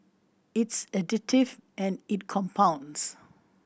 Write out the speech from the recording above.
it's additive and it compounds